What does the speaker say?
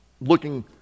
looking